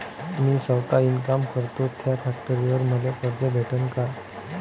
मी सौता इनकाम करतो थ्या फॅक्टरीवर मले कर्ज भेटन का?